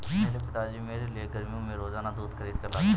मेरे पिताजी मेरे लिए गर्मियों में रोजाना दूध खरीद कर लाते हैं